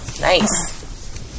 Nice